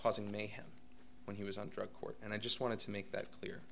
causing mayhem when he was under a court and i just wanted to make that clear